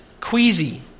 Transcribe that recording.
queasy